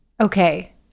Okay